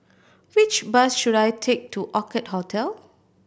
which bus should I take to Orchid Hotel